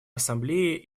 ассамблеи